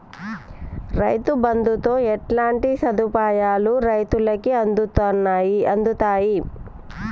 రైతు బంధుతో ఎట్లాంటి సదుపాయాలు రైతులకి అందుతయి?